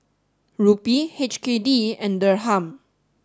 Rupee H K D and Dirham